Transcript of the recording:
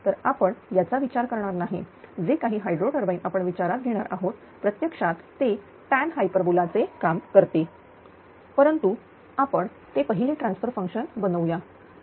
तर आपण याचा विचार करणार नाही जे काही हायड्रो टरबाइन आपण विचारात घेणार आहोत प्रत्यक्षात ते tanहाइपर्बोला चे काम करते परंतु आपण ते पहिले ट्रान्सफर फंक्शन बनवूया